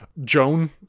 Joan